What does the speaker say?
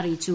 അറിയിച്ചു